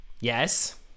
Yes